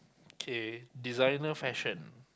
K designer fashion